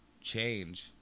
change